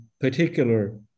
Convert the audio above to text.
particular